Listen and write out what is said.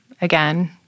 again